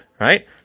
right